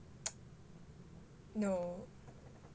no